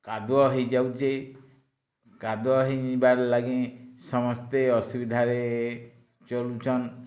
କାଦୁଅ ହେଇଯାଉଛି କାଦୁଅ ହୋଇଯିବାର୍ ଲାଗି ସମସ୍ତେ ଅସୁବିଧାରେ ଚଲୁଛନ୍